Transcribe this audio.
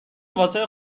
واسه